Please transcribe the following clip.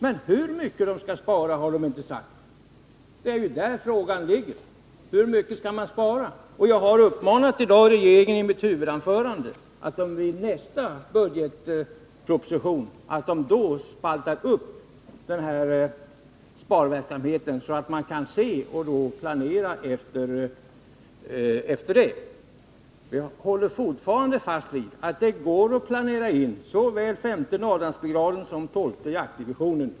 Men hur mycket regeringen skall spara har den inte talat om, och det är detta saken gäller. Hur mycket skall man spara? Jag har i mitt huvudanförande i dag uppmanat regeringen att i nästa budgetproposition spalta upp sparverksamheten, så att man kan planera efter det. Jag håller fortfarande fast vid att det går att planera in såväl den femte Norrlandsbrigaden som den tolfte jaktdivisionen.